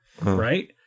Right